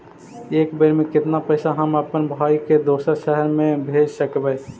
एक बेर मे कतना पैसा हम अपन भाइ के दोसर शहर मे भेज सकबै?